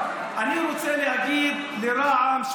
אני אתן לך זמן.